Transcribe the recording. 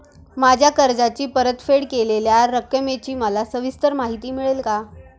माझ्या कर्जाची परतफेड केलेल्या रकमेची मला सविस्तर माहिती मिळेल का?